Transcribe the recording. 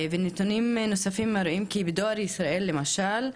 ונתונים נוספים מראים כי בדואר ישראל למשל,